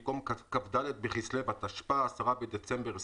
במקום "כ"ד בכסלו התשפ"א (10 בדצמבר 2020)"